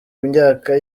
myaka